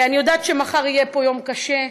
אני יודעת שמחר יהיה פה יום קשה,